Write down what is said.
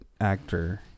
actor